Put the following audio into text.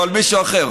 או על מישהו אחר.